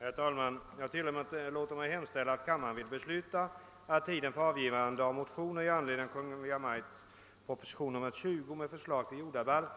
Herr talman! Jag tillåter mig hemställa, att kammaren ville besluta, att tiden för avgivande av motioner i anledning av Kungl. Maj:ts proposition nr 20, med förslag till jordabalk,